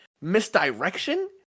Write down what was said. misdirection